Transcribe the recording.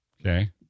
Okay